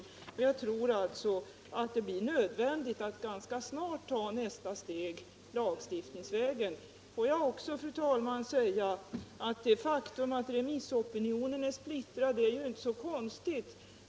Jag tror alltså att det blir nödvändigt att ganska snart ta nästa steg, lagstiftningsvägen. Får jag också, fru talman, säga att det faktum att remissopinionen är splittrad inte är så konstigt.